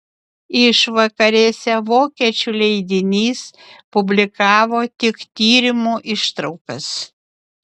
išvakarėse vokiečių leidinys publikavo tik tyrimo ištraukas